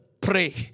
pray